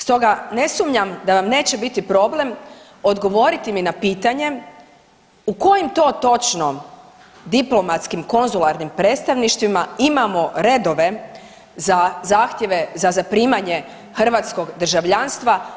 Stoga ne sumnjam da vam neće biti problem odgovoriti mi na pitanje u kojem to točno diplomatsko-konzularnim predstavništvima imamo redove za zahtjeve za zaprimanje hrvatskog državljanstva?